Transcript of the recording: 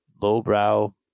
lowbrow